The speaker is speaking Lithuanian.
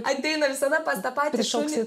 ateina visada pas tą patį šunį